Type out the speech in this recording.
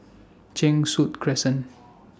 Cheng Soon Crescent